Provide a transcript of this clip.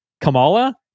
Kamala